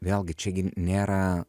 vėlgi čia nėra